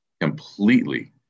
completely